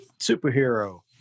Superhero